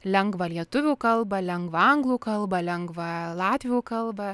lengvą lietuvių kalbą lengvą anglų kalbą lengvą latvių kalbą